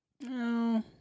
No